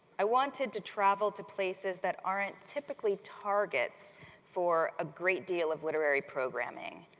i wanted to travel to places that aren't typically targets for a great deal of literary programming.